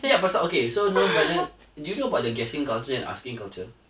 pasal okay so now eh do you about the guessing culture and asking culture